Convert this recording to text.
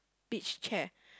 beach chair